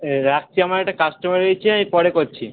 এ রাখছি আমার একটা কাস্টোমার এসেছে আমি পরে করছি